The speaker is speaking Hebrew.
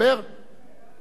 אדוני היושב-ראש,